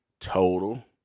Total